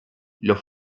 los